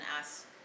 ask